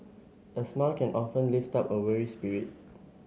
a smile can often lift up a weary spirit